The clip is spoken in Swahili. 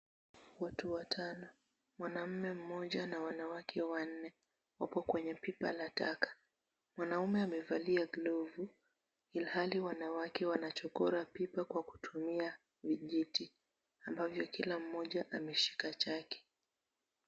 Watu watano, mwanamume mmoja na wanawake wanne, wako kwenye pipa la taka. Mwanaume amevalia glovu ilhali wanawake wanachokora pipa kwa kutumia vijiti ambavyo kila mmoja ameshika chake.